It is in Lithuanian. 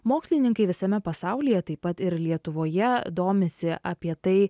mokslininkai visame pasaulyje taip pat ir lietuvoje domisi apie tai